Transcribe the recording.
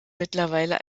mittlerweile